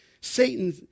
Satan